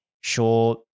Sure